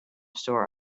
store